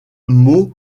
mot